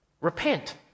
repent